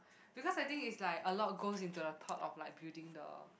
because I think it's like a lot goes into the thought of like building the